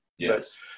Yes